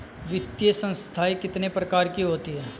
वित्तीय संस्थाएं कितने प्रकार की होती हैं?